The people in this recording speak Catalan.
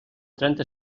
trenta